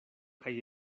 kaj